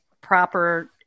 proper